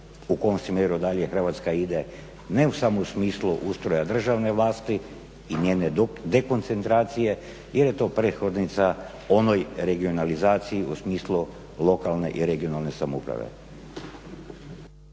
u kom smjeru dalje Hrvatska ide ne samo u smislu ustroja državne vlasti i njene dekoncentracije jer je to prethodnica onoj regionalizaciji u smislu lokalne i regionalne samouprave.